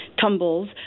tumbles